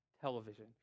television